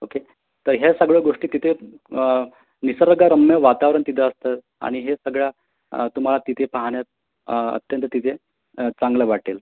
okay तर ह्या सगळो गोष्टी तिथे निसर्गरम्य वातावरण तिथं असतं आणि हे सगळा तुम्हाला तिथे पाहण्यात अत्यंत तिथे चांगलं वाटेल